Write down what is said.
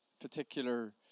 particular